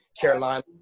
Carolina